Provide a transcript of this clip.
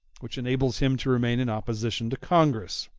which enables him to remain in opposition to congress.